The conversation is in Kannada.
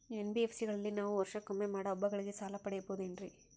ಎನ್.ಬಿ.ಎಸ್.ಸಿ ಗಳಲ್ಲಿ ನಾವು ವರ್ಷಕೊಮ್ಮೆ ಮಾಡೋ ಹಬ್ಬಗಳಿಗೆ ಸಾಲ ಪಡೆಯಬಹುದೇನ್ರಿ?